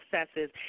successes